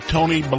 Tony